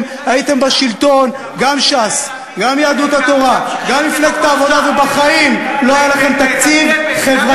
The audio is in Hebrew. לכם, כמה נתונים על התקציב.